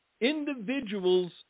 individuals